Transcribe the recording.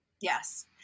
Yes